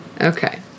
Okay